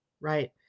right